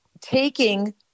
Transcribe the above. taking